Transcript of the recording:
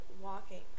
walking